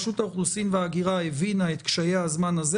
הקורונה,